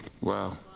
Wow